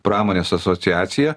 pramonės asociacija